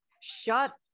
Shut